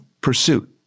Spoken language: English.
pursuit